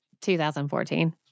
2014